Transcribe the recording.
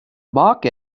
mark